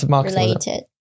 related